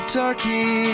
turkey